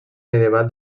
medieval